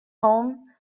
home